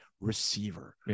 receiver